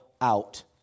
out